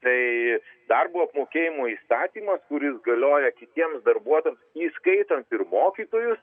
tai darbo apmokėjimo įstatymas kuris galioja kitiems darbuotojams įskaitant ir mokytojus